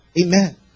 Amen